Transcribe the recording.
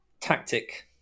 tactic